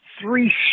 three